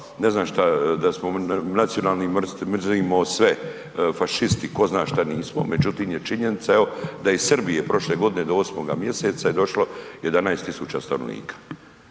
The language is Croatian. se ne razumije/…imao sve, fašisti ko zna šta nismo, međutim je činjenica evo da iz Srbiji je prošle godine do 8. mjeseca je došlo 11 000 stanovnika,